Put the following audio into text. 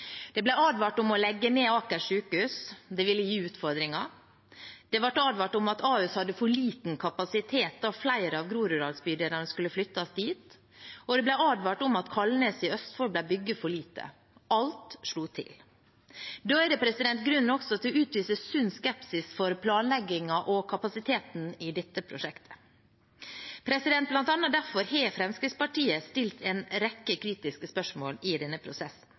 Det ble advart mot å legge ned Aker sykehus – det ville gi utfordringer. Det ble advart om at Ahus hadde for liten kapasitet da flere av Groruddalsbydelene skulle flyttes dit, og det ble advart om at sykehuset på Kalnes i Østfold ble bygd for lite. Alt slo til. Da er det grunn til også å utvise sunn skepsis overfor planleggingen og kapasiteten i dette prosjektet. Blant annet derfor har Fremskrittspartiet stilt en rekke kritiske spørsmål i denne prosessen